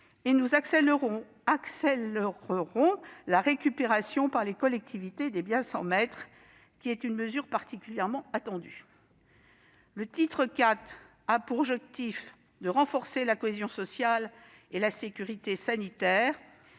nous accélérerons la récupération par les collectivités des biens sans maître, ce qui est une mesure particulièrement attendue. Le titre IV a pour objectif de renforcer la cohésion sociale et la sécurité sanitaire.